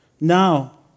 Now